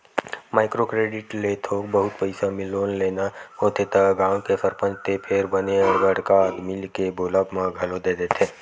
micro credit ले थोक बहुत पइसा लोन लेना होथे त गाँव के सरपंच ते फेर बने बड़का आदमी के बोलब म घलो दे देथे